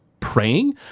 praying